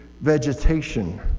vegetation